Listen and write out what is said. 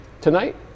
tonight